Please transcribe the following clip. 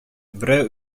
берәү